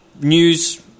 News